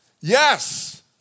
Yes